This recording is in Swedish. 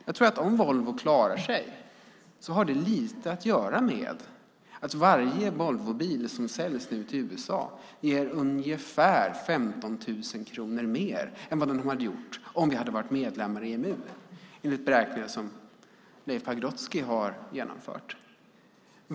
Jag tror att om Volvo klarar sig har det lite att göra med att varje Volvobil som säljs nu till USA ger ungefär 15 000 kronor mer än vad den hade gjort om vi hade varit medlemmar i EMU, enligt beräkningar som Leif Pagrotsky har genomfört.